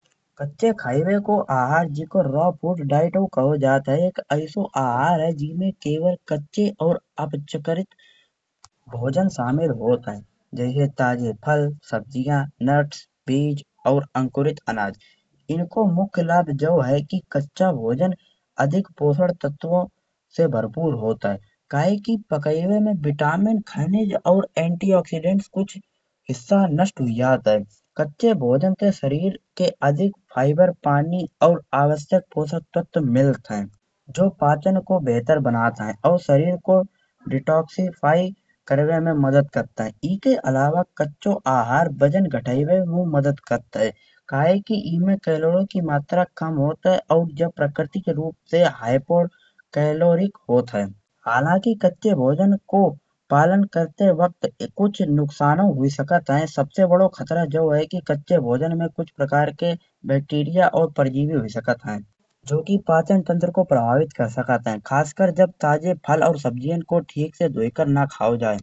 पत्ते खाइबे को अहार जेकौ रॉ फूड डाइटऔ कहो जात है। एक ऐसो अहार है जिहमे केवल कच्चे और अपचारिक भोजन शामिल होत है। जैसे ताजे फल सबजिया नट्स बीज और अंकुरित अनाज इनखो मुख्य लाभ जो है। कि जा भोजन अधिक पोषकतत्वों से भरपूर होत है। कहे से कि पकाइबे में विटामिन खनिज और ऐन्टिऑक्सिडेंट्स कुछ हिस्सा नष्ट होई जात है। कच्चे भोजन के शरीर के अधिक फाइबर पानी और आवश्यक पोषक तत्व मिलत है। जो पाचन को बेहतर बनात है और शरीर को डिटॉक्सिफाई करवे में मदद करत है। एके अलावा कच्चो अहार वजन घटाइबे में मदद करत है कहे कि इँमे कैलोरी की मात्रा कम होत है। और जा प्रकृतिक रूप से हाइपोकैलोरिक होत है। हालांकि कच्चे भोजन को पालन करते वक्त कुछ नुकसानौ हुई सकत है। सबसे बड़ौ खतरा यो है कि कच्चे भोजन में कुछ प्रकार के बैक्टीरिया और परजीवी हुई सकत है। जो कि पाचन तंत्र को प्रभावित कर सकत है खासकर जब फल और ताजे सब्जियाँ को ठीक से धुई कर न खाओ जाए।